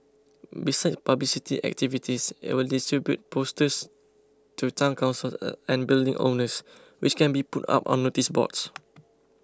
besides publicity activities it will distribute posters to Town Councils and building owners which can be put up on noticeboards